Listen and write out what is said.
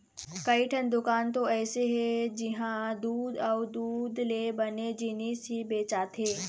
कइठन दुकान तो अइसे हे जिंहा दूद अउ दूद ले बने जिनिस ही बेचाथे